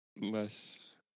less